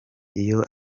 iyo